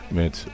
met